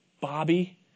Bobby